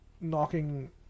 knocking